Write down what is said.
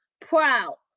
proud